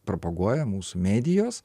propaguoja mūsų medijos